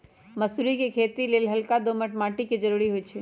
मसुरी कें खेति लेल हल्का दोमट माटी के जरूरी होइ छइ